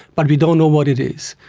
but we don't know what it is.